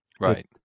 Right